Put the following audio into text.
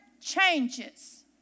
changes